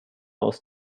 aus